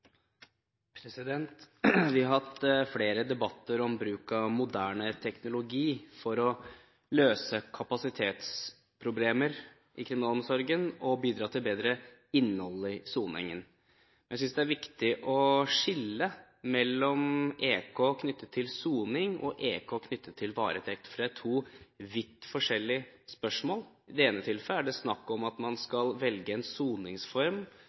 måneder. Vi har hatt flere debatter om bruk av moderne teknologi for å løse kapasitetsproblemer i kriminalomsorgen og bidra til bedre innhold i soningen. Jeg synes det er viktig å skille mellom elektronisk kontroll, EK, knyttet til soning og EK knyttet til varetekt, for det er to vidt forskjellige spørsmål. I det ene tilfellet er det snakk om at man skal velge en soningsform